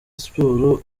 sport